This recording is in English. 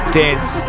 dance